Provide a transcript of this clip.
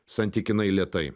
santykinai lėtai